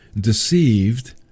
deceived